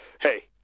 hey